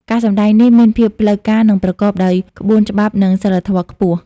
ការសម្តែងនេះមានភាពផ្លូវការ និងប្រកបដោយក្បួនច្បាប់និងសីលធម៌ខ្ពស់។